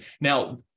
Now